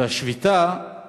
והשביתה היא